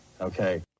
okay